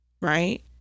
Right